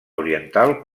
oriental